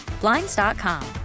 blinds.com